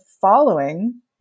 following